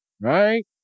right